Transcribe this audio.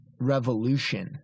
revolution